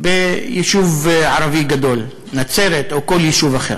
ביישוב ערבי גדול, נצרת או כל יישוב אחר.